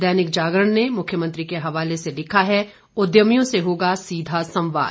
दैनिक जागरण ने मुख्यमंत्री के हवाले से लिखा है उद्यमियों से होगा सीधा संवाद